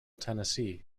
tennessee